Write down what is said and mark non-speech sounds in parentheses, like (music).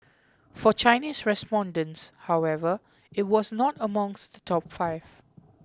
for Chinese respondents however it was not among (noise) the top five